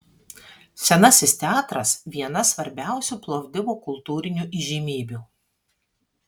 senasis teatras viena svarbiausių plovdivo kultūrinių įžymybių